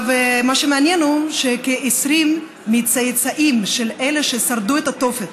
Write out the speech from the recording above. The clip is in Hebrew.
מה שמעניין הוא שכ-20 מהצאצאים של אלה ששרדו את התופת